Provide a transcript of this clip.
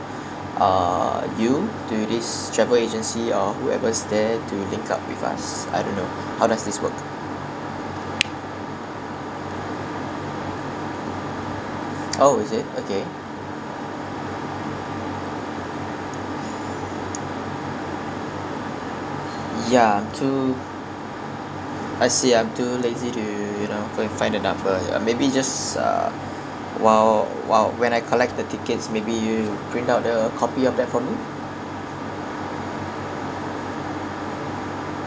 uh you to this travel agency or whoever's there to link up with us I don't know how does this work oh is it okay yeah to I see I'm too lazy to you know go and find the number ya maybe you just uh while while when I collect the tickets maybe you print out a copy of that for me